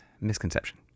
misconception